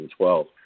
2012